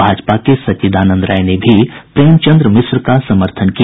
भाजपा के सच्चिदानंद राय ने भी प्रेमचन्द्र मिश्र का समर्थन किया